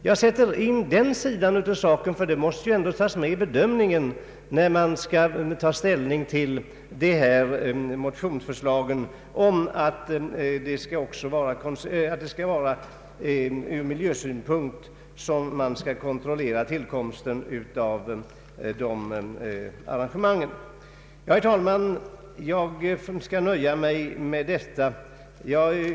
Jag ser till den sidan av saken, ty den måste tas med i bedömningen när man skall ta ställning till motionsförslaget om en kontroll ur miljösynpunkt i fråga om tillkomsten av olika anläggningar. Herr talman! Jag skall nöja mig med detta.